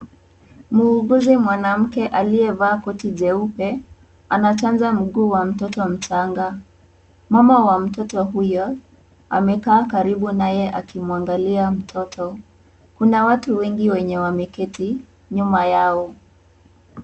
Muuguzi mwanamke aliyevaa koti jeupe anachanja mguu wa mtoto mchanga. Mama wa mtoto huyo amekaa karibu naye akimwangalia mtoto. Kuna watu wengi wenye wameketi nyuma yao.